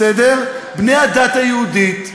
בני הדת היהודית.